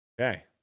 Okay